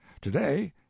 today